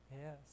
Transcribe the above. Yes